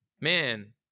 man